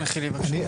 חילי, בבקשה.